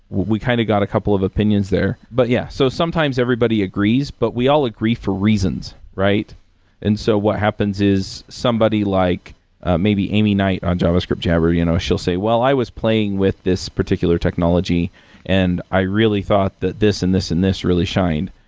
we kind of got a couple of opinions there. but, yeah. so, sometimes, everybody agrees. but we all agree for reasons. and so, what happens is somebody like maybe aimee knight on javascript jabber, you know she'll say, well, i was playing with this particular technology and i really thought that this and this and this really shined.